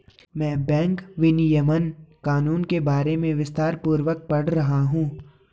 मैं बैंक विनियमन कानून के बारे में विस्तारपूर्वक पढ़ रहा हूं